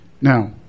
Now